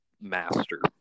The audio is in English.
Master